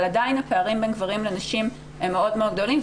אבל עדיין הפערים בין גברים לנשים הם מאוד מאוד גדולים.